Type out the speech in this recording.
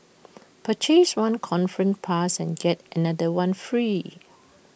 purchase one conference pass and get another one free